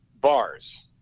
bars